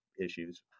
issues